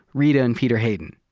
rita and peter hayden.